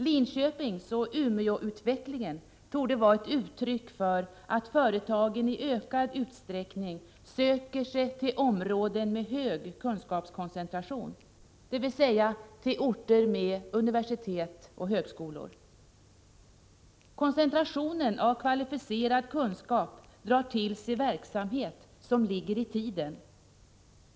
Linköpingsoch Umeåutvecklingen torde vara ett uttryck för att företagen i ökad utsträckning söker sig till områden med hög kunskapskoncentration, dvs. till orter med universitet och högskolor. Koncentrationen av kvalificerad kunskap drar till sig verksamhet som ligger i tiden.